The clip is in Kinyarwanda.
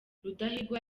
rudahigwa